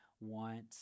want